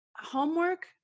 Homework